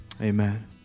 Amen